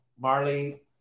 Marley